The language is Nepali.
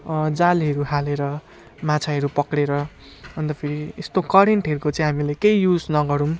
जालहरू हालेर माछाहरू पक्रेर अन्त फेरि यस्तो करेन्टहरूको चाहिँ हामीले केही युज नगरौँ